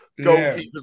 Goalkeepers